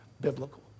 biblical